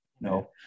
no